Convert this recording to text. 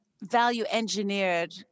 value-engineered